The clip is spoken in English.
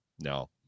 no